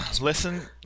Listen